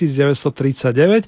1939